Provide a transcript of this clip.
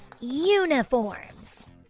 Uniforms